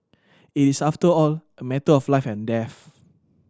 it is after all a matter of life and death